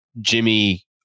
Jimmy